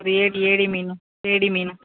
ಏಡಿ ಏಡಿ ಮೀನು ಏಡಿ ಮೀನು